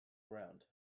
ground